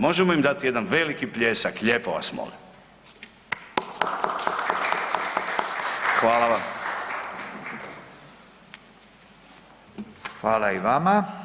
Možemo im dati jedan veliki pljesak lijepo vas molim. Hvala vam.